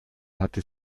hatte